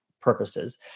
purposes